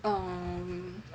um